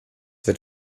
wird